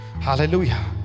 Hallelujah